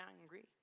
angry